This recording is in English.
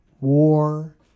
war